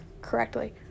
correctly